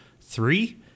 Three